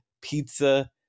pizza